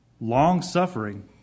long-suffering